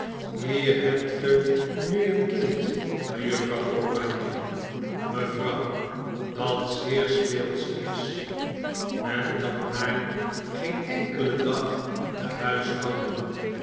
hier hebt ge nu een kind mejuffrouw oranje mevrouw dat zeer speelsch is men kan haar geen enkelen dag te